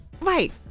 Right